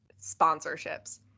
sponsorships